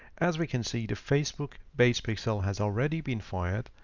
as we can see, the facebook base pixel has already been fired.